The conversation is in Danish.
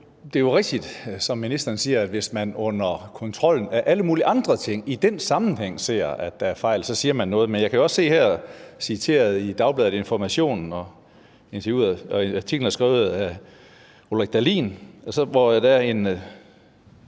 siger, at hvis man under kontrollen af alle mulige andre ting, altså i den sammenhæng, ser, at der er fejl, så siger man noget. Men jeg kan også se citeret her i Dagbladet Information i en artikel skrevet af Ulrik Dahlin, at Erik Andersen